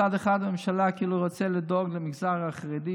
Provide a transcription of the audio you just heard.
מצד אחד הממשלה כאילו רוצה לדאוג למגזר החרדי,